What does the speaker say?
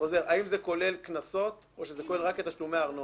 האם זה כולל קנסות או שזה כולל רק את תשלומי הארנונה?